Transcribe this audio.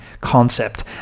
concept